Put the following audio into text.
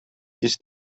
ist